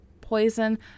poison